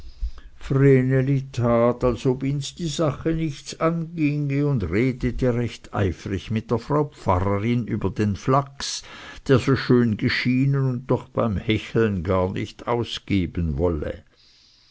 ob ihns die sache nichts anginge und redete recht eifrig mit der frau pfarrerin über den flachs der so schön geschienen und doch beim hecheln gar nicht ausgeben wolle